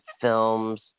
films